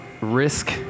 risk